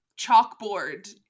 chalkboard